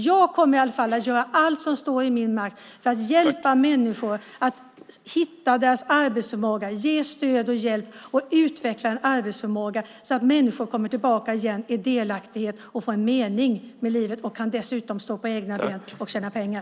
Jag kommer att göra allt som står i min makt för att hjälpa människor att hitta sin arbetsförmåga, ge stöd och hjälp att utveckla denna arbetsförmåga så att de kommer tillbaka igen i delaktighet, får en mening med livet och dessutom kan stå på egna ben med egna pengar.